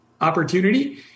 opportunity